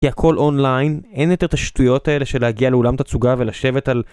כי הכל אונליין, אין יותר את השטויות האלה של להגיע לעולם תצוגה ולשבת על...